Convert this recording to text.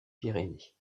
pyrénées